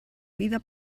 vida